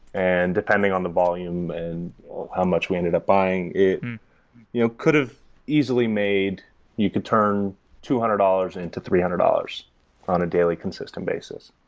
and depending on the volume and how much we ended up buying, it you know could have easily made you could turn two hundred dollars into three hundred dollars on a daily consistent basis.